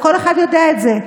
וכל אחד יודע את זה.